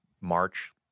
March